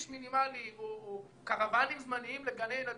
מינימלי או קרוואנים זמניים לגני ילדים,